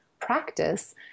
practice